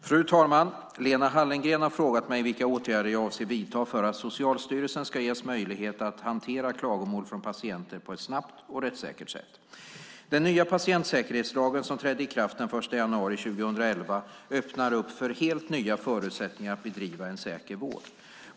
Fru talman! Lena Hallengren har frågat mig vilka åtgärder jag avser att vidta för att Socialstyrelsen ska ges möjligheter att hantera klagomål från patienter på ett snabbt och rättssäkert sätt. Den nya patientsäkerhetslagen som trädde i kraft den 1 januari 2011 öppnar för helt nya förutsättningar att bedriva en säker vård.